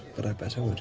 but i bet i won't